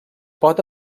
pot